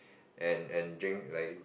and and drink like